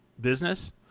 business